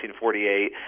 1948